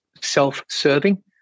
self-serving